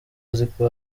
aziko